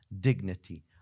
dignity